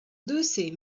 lucy